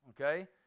okay